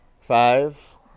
Five